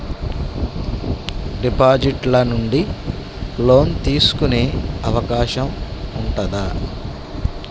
Deposit ల నుండి loan తీసుకునే అవకాశం ఉంటదా?